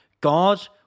God